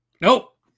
Nope